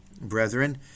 brethren